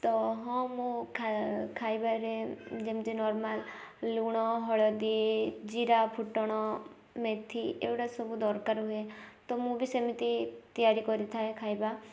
ତ ହଁ ମୁଁ ଖାଇବାରେ ଯେମିତି ନର୍ମାଲ୍ ଲୁଣ ହଳଦୀ ଜୀରା ଫୁଟଣ ମେଥି ଏଗୁଡ଼ା ସବୁ ଦରକାର ହୁଏ ତ ମୁଁ ବି ସେମିତି ତିଆରି କରିଥାଏ ଖାଇବା